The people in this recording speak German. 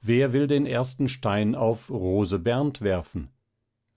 wer will den ersten stein auf rose bernd werfen